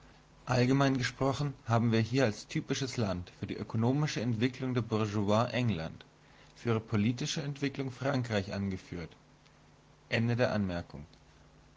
allgemein gesprochen haben wir hier als typisches land für die ökonomische entwicklung der bourgeoisie england für ihre politische entwicklung frankreich angeführt